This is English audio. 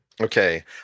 okay